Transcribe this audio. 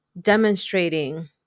demonstrating